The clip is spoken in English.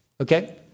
okay